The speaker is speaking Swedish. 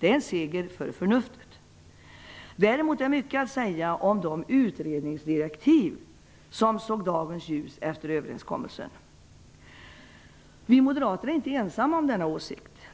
Det är en seger för förnuftet. Däremot finns det mycket att säga om de utredningsdirektiv som såg dagens ljus efter överenskommelsen. Vi moderater är inte ensamma om den åsikten.